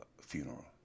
funeral